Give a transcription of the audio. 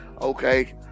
okay